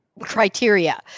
criteria